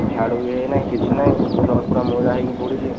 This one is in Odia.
ଝାଡ଼ୁ ବି ହୋଇନାହିଁ କିଛି ନାହିଁ ଫ୍ଲୋର ପୁରା ମଇଳା ହୋଇକି ପଡ଼ିଛି